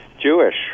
jewish